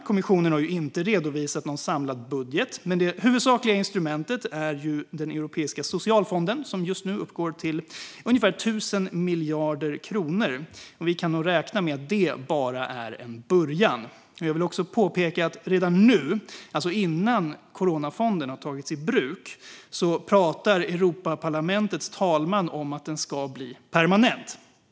Kommissionen har inte redovisat någon samlad budget, men det huvudsakliga instrumentet är Europeiska socialfonden, som just nu uppgår till ungefär 1 000 miljarder kronor. Vi kan nog räkna med att det bara är en början. Jag vill också påpeka att redan nu, alltså innan coronafonden har tagits i bruk, pratar Europaparlamentets talman om att fonden ska bli permanent.